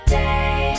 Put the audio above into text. day